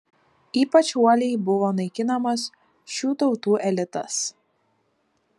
ypač uoliai buvo naikinamas šių tautų elitas